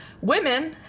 Women